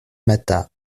matha